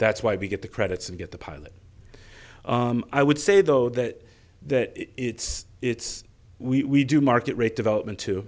that's why we get the credits and get the pilot i would say though that that it's it's we do market rate development too